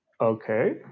okay